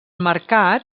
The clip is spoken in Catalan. mercat